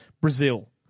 Brazil